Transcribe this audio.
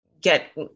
get